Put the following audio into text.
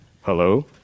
Hello